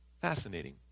Fascinating